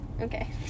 Okay